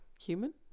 Human